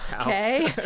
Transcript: okay